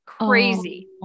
crazy